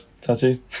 tattoo